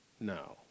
no